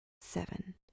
seven